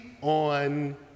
on